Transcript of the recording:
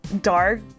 dark